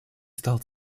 стал